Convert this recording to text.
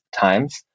times